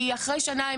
כי אחרי שנה,